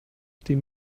dem